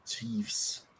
Chiefs